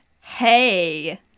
Hey